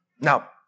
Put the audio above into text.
Now